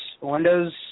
Windows